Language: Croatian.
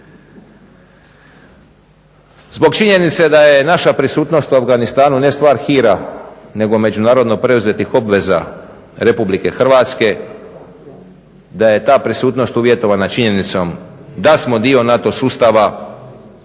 Zbog činjenice da je naša prisutnost u Afganistanu ne stvar hira nego međunarodno preuzetih obveza RH, da je ta prisutnost uvjetovana činjenicom da smo dio NATO sustava